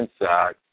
inside